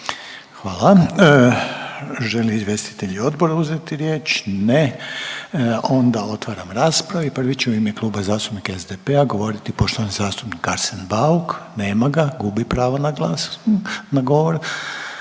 Hvala. Žele li izvjestitelji odbora uzeti riječ? Ne. Onda idemo na, otvaram raspravu. Prvi će u ime Kluba zastupnika SDP-a govoriti poštovani zastupnik Arsen Bauk. Nema ga, gubi pravo na govor.